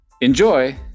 enjoy